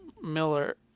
Miller